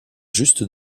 juste